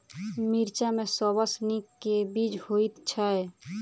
मिर्चा मे सबसँ नीक केँ बीज होइत छै?